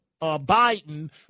Biden